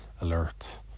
alert